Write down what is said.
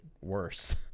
worse